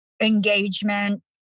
Engagement